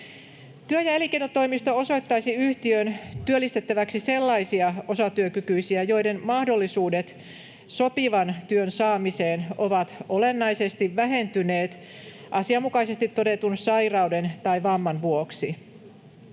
Työ‑ ja elinkeinotoimisto osoittaisi yhtiön työllistettäväksi sellaisia osatyökykyisiä, joiden mahdollisuudet sopivan työn saamiseen ovat olennaisesti vähentyneet asianmukaisesti todetun sairauden tai vamman vuoksi.